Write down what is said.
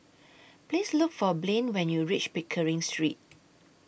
Please Look For Blain when YOU REACH Pickering Street